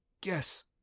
Guess